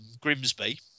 Grimsby